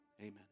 amen